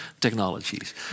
technologies